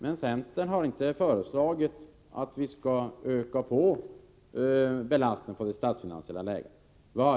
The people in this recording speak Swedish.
Men centern har inte föreslagit att vi skall öka belastningen på statsfinanserna.